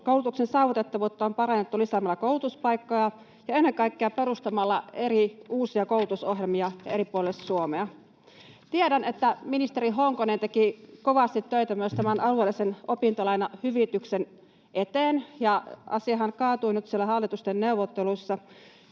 Koulutuksen saavutettavuutta on parannettu lisäämällä koulutuspaikkoja ja ennen kaikkea perustamalla uusia koulutusohjelmia eri puolelle Suomea. Tiedän, että ministeri Honkonen teki kovasti töitä myös tämän alueellisen opintolainahyvityksen eteen, ja asiahan kaatui nyt siellä hallituksen neuvotteluissa.